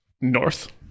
north